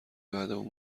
بعدمون